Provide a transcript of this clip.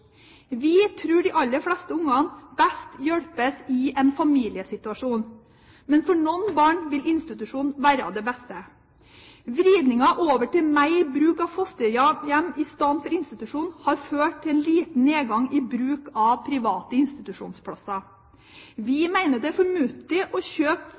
Vi tror de aller fleste ungene best hjelpes i en familiesituasjon, men for noen vil institusjon være det beste. Vridningen over til mer bruk av fosterhjem i stedet for institusjon har ført til en liten nedgang i bruken av private institusjonsplasser. Vi mener det er fornuftig å kjøpe